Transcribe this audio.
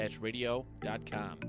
radio.com